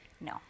No